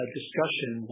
discussion